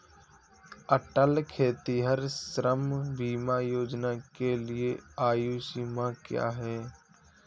अटल खेतिहर श्रम बीमा योजना के लिए आयु सीमा क्या है?